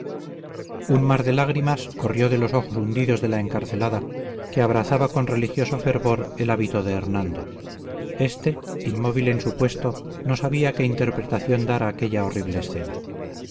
un mar de lágrimas corrió de los ojos hundidos de la encarcelada que abrazaba con religioso fervor el hábito de hernando éste inmóvil en su puesto no sabía qué interpretación dar a aquella horrible escena